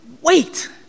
Wait